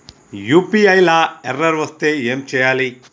UPI లా error వస్తే ఏం చేయాలి?